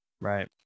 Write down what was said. Right